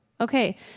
Okay